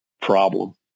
problem